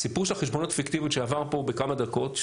הסיפור של החשבוניות הפיקטיביות שעבר פה בכמה דקות,